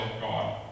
God